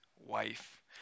wife